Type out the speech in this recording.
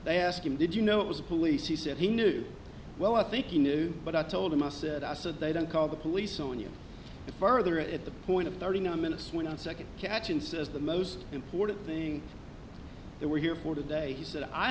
they asked him did you know it was the police he said he knew well i think he knew but i told him i said so they don't call the police on you further at the point of thirty nine minutes one second catchin says the most important thing that we're here for today he said i